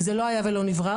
זה לא היה ולא נברא.